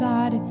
God